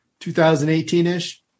2018-ish